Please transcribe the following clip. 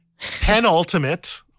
Penultimate